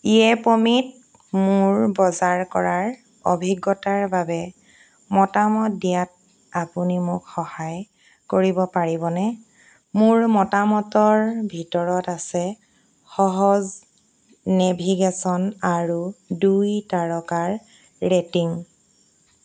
য়েপমিত মোৰ বজাৰ কৰাৰ অভিজ্ঞতাৰ বাবে মতামত দিয়াত আপুনি মোক সহায় কৰিব পাৰিবনে মোৰ মতামতৰ ভিতৰত আছে সহজ নেভিগেশ্যন আৰু দুই তাৰকাৰ ৰেটিং